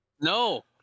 No